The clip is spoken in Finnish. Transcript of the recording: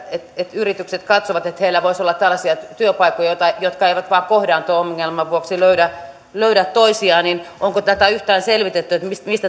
yritykset katsovat että heillä voisi olla tällaisia työpaikkoja jotka eivät vain kohtaanto ongelman vuoksi löydä löydä työntekijöitä niin onko yhtään selvitetty mistä